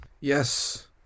Yes